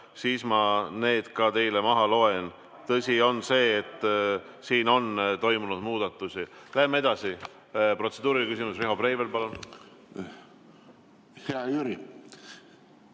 siis ma loen need ka teile maha. Tõsi on see, et siin on toimunud muudatusi. Läheme edasi. Protseduuriline küsimus, Riho Breivel, palun! ...